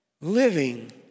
Living